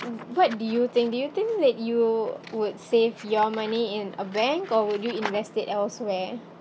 w~ what do you think do you think that you would save your money in a bank or would you invest it elsewhere